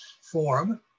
form